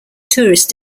tourist